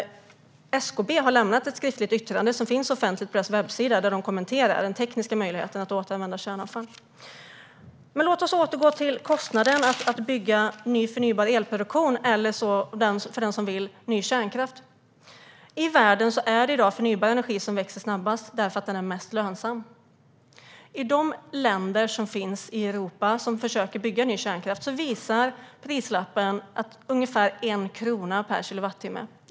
SKB har lämnat ett skriftligt yttrande som finns offentligt på deras webbsida där de kommenterar den tekniska möjligheten att återanvända kärnavfall. Låt oss återgå till kostnaden för att bygga ny förnybar elproduktion, eller för den som vill ny kärnkraft. I världen är det i dag förnybar energi som växer snabbast därför att den är mest lönsam. I de länder som finns i Europa som försöker bygga ny kärnkraft visar prislappen ungefär 1 krona per kilowattimme.